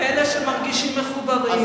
ואלה שמרגישים מחוברים,